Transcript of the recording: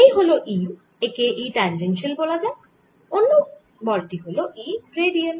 এই হল E একে E ট্যাঞ্জেনশিয়াল বলা যাক অন্য বল টি হল E রেডিয়াল